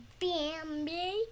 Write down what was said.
Bambi